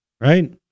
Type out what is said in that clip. Right